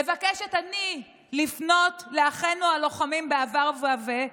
מבקשת אני לפנות לאחינו הלוחמים בעבר ובהווה,